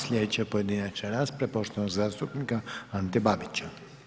Sljedeća pojedinačna rasprava je poštovanog zastupnika Ante Babića.